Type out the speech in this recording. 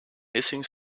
hissing